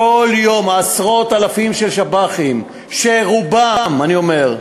כל יום עשרות-אלפים של שב"חים, שרובם, אני אומר,